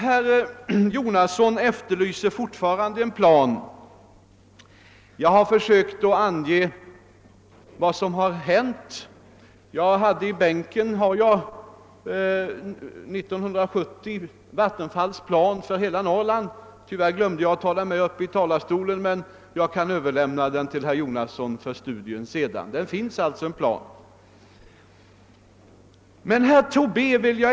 Herr Jonasson efterlyser fortfarande en total plan för vattenkraftsutbyggnaden. Jag har försökt att ange vad som hittills hänt, och i min bänk har jag Vattenfalls plan av år 1970 för hela Norrland. Tyvärr glömde jag att ta med den upp i talarstolen, men jag kan lämna den till herr Jonasson för studium senare. Det finns alltså en sådan plan som han vill ha.